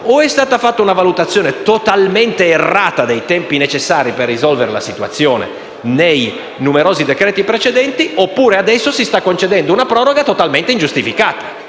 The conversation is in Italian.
è stata fatta una valutazione totalmente errata dei tempi necessari per risolvere la situazione, o adesso si sta concedendo una proroga totalmente ingiustificata.